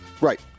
right